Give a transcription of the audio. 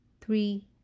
three